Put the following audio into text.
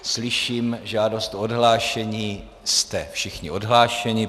Slyším žádost o odhlášení, jste všichni odhlášeni.